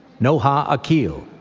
nohaa aqeel.